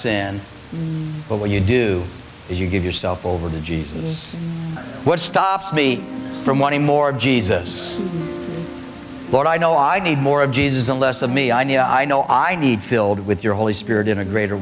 sin but when you do if you give yourself over the jesus what stops me from wanting more of jesus lord i know i need more of jesus the less of me i need i know i need filled with your holy spirit in a greater